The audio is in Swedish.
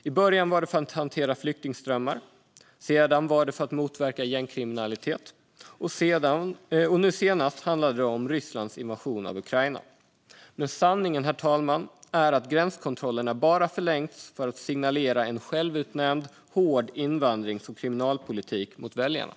I början var det för att hantera flyktingströmmar, sedan för att motverka gängkriminalitet, och nu senast handlade det om Rysslands invasion av Ukraina. Men sanningen är, herr talman, att gränskontrollerna bara förlängs för att signalera en självutnämnd hård invandrings och kriminalpolitik till väljarna.